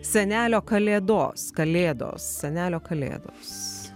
senelio kalėdos kalėdos senelio kalėdos